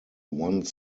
one